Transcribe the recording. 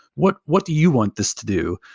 what what do you want this to do?